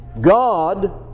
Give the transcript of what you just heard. God